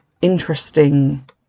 interesting